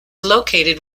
located